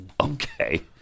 Okay